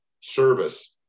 Service